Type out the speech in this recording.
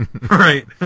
Right